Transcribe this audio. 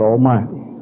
Almighty